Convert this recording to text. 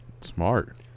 Smart